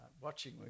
watching